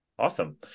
Awesome